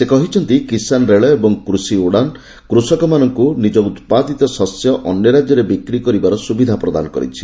ସେ କହିଛନ୍ତି କିଷାନ ରେଳ ଏବଂ କୃଷି ଉଡ଼ାନ୍ କୃଷକମାନଙ୍କୁ ନିଜ ଉତ୍ପାଦିତ ଶସ୍ୟ ଅନ୍ୟ ରାଜ୍ୟରେ ବିକ୍ରି କରିବାର ସୁବିଧା ପ୍ରଦାନ କରିଛି